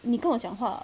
你跟我讲话